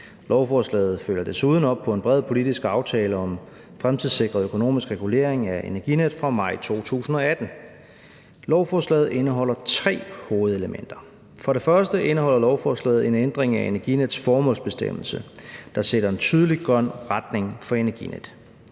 Lovforslaget følger desuden op på en bred politisk aftale om fremtidssikret økonomisk regulering af Energinet fra maj 2018. Lovforslaget indeholder tre hovedelementer. For det første indeholder lovforslaget en ændring af Energinets formålsbestemmelse, der sætter en tydelig grøn retning for Energinet.